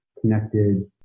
connected